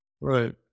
Right